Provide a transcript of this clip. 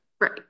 right